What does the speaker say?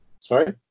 sorry